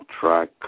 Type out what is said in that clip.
track